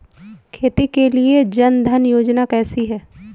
खेती के लिए जन धन योजना कैसी है?